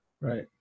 right